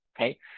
Okay